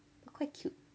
quite cute